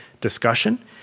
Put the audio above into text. discussion